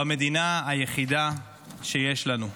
במדינה היחידה שיש לנו.